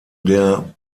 der